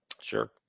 Sure